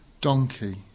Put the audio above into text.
Donkey